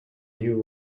you